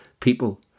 people